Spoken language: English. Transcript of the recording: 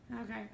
Okay